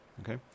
okay